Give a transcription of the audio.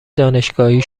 دانشگاهی